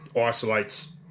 isolates